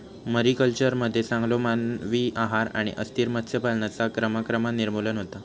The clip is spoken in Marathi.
मरीकल्चरमध्ये चांगलो मानवी आहार आणि अस्थिर मत्स्य पालनाचा क्रमाक्रमान निर्मूलन होता